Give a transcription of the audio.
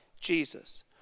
Jesus